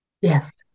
yes